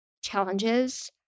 challenges